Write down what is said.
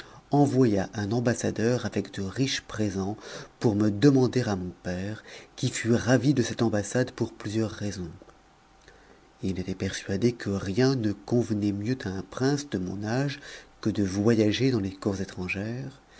envoya un ambassadeur avec de riches présents pour me demander à mon père qui fut ravi de cette ambassade pour plusieurs raisons il était persuadé que rien ne convenait mieux à un prince de mon âge que de voyager dans les cours étrangères